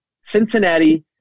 Cincinnati